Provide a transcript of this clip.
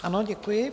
Ano, děkuji.